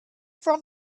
from